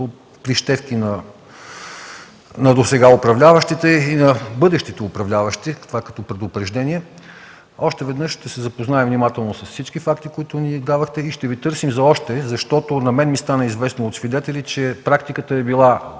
за прищевки на досега управляващите и на бъдещите управляващи. Това – като предупреждение! Още веднъж ще се запознаем с всички факти, които ни дадохте, и ще Ви търсим за още, защото на мен ми стана известно от свидетели, че практиката е била: